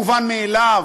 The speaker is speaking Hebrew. מובן מאליו,